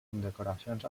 condecoracions